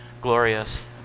glorious